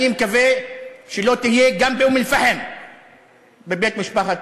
אני מקווה שלא תהיה גם באום-אלפחם בבית משפחת